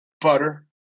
butter